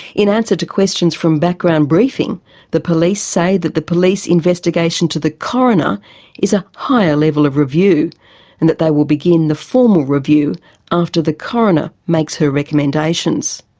in answer to questions from background briefing the police say that the police investigation to the coroner is a higher level of review and that they will begin the formal review after the coroner makes her recommendations.